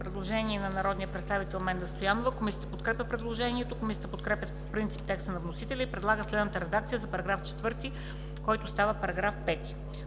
предложение на народния представител Менда Стоянова. Комисията подкрепя предложението. Комисията подкрепя по принцип текста на вносителя и предлага следната редакция на § 5, който става § 6: § 6.